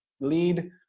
lead